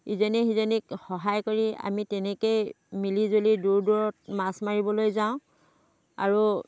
ইজনীয়ে সিজনীক সহায় কৰি আমি তেনেকে মিলি জুলি দূৰ দূৰত মাছ মাৰিবলৈ যাওঁ আৰু